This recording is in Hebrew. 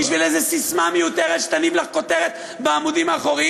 בשביל איזה ססמה מיותרת שתניב לך כותרת בעמודים האחוריים?